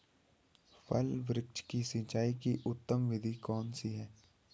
फल वृक्ष की सिंचाई की उत्तम विधि कौन सी है?